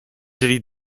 żyli